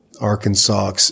Arkansas